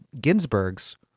Ginsburg's